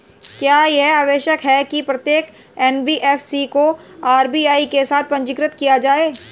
क्या यह आवश्यक है कि प्रत्येक एन.बी.एफ.सी को आर.बी.आई के साथ पंजीकृत किया जाए?